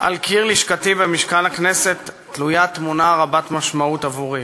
על קיר לשכתי במשכן הכנסת תלויה תמונה רבת משמעות עבורי.